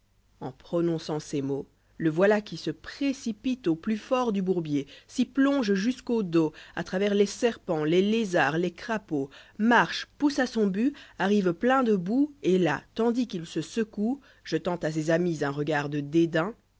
en pfononçarit ces mots le voilà qui se précipite au plus fort dû bourbier s'y plonge jusqu'au dos a travers les serpents les lézards les crapauds marche pousse à son but arrive plein de boue et là tandis qu'il se secoué jetant à ses amis un regard de dédain